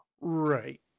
Right